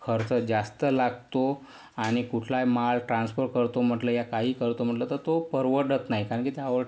खर्च जास्त लागतो आणि कुठलाही माल ट्रान्सफर करतो म्हटलं या काही करतो म्हटलं तर तो परवडत नाही कारण की त्या